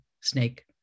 snake